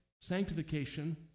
sanctification